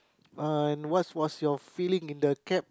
uh what was your feeling in the cab